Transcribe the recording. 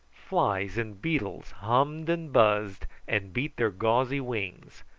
flies and beetles hummed and buzzed, and beat their gauzy wings,